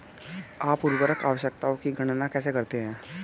आप उर्वरक आवश्यकताओं की गणना कैसे करते हैं?